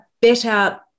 better